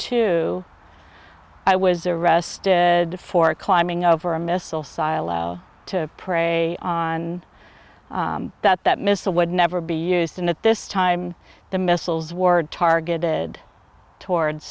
two i was arrested for climbing over a missile silo to prey on that that missile would never be used and that this time the missiles ward targeted towards